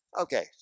okay